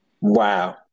Wow